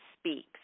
speaks